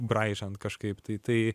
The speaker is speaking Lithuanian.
braižant kažkaip tai tai